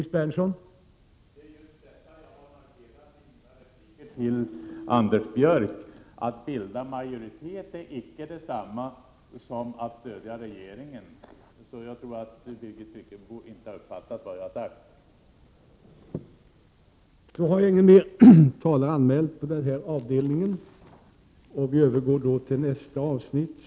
Herr talman! Det är just detta som jag har markerat i mina repliker till Anders Björck. Att bilda majoritet är alltså icke detsamma som att stödja regeringen.